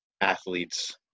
athletes